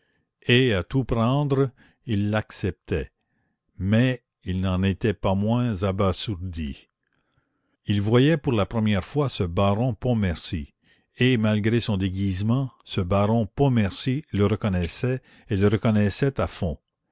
et à tout prendre il l'acceptait mais il n'en était pas moins abasourdi il voyait pour la première fois ce baron pontmercy et malgré son déguisement ce baron pontmercy le reconnaissait et le reconnaissait à fond